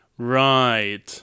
Right